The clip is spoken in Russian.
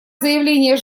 заявление